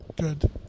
Good